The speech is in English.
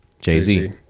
Jay-Z